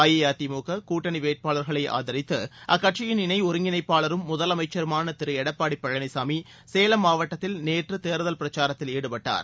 அஇஅதிமுக கூட்டணி வேட்பாளர்களை ஆதித்து அக்கட்சியின் இணை ஒருங்கிணைப்பாளரும் முதலமைச்சருமான திரு எடப்பாடி பழனிசாமி சேலம் மாவட்டத்தில் நேற்று தேர்தல் பிரச்சாரத்தில் ஈடுபட்டார்